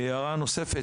והערה נוספת,